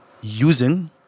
using